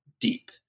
deep